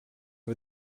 who